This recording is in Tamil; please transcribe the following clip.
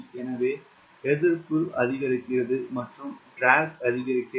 எனவே எதிர்ப்பு அதிகரிக்கிறது மற்றும் இழுவை அதிகரிக்கிறது